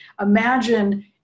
imagine